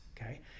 okay